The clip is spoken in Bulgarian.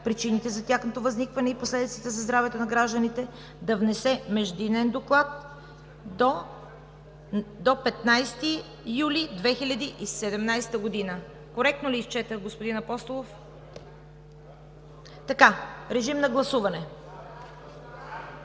причините за тяхното възникване и последиците за здравето на гражданите да внесе междинен доклад до 15 юли 2017 г.“ Коректно ли изчетох, господин Апостолов? РЕПЛИКИ: Да, да.